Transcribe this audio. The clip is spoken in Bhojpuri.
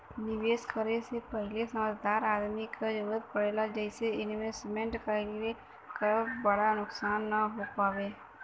निवेश करे से पहिले समझदार आदमी क जरुरत पड़ेला जइसे इन्वेस्टमेंट कइले क बड़ा नुकसान न हो पावे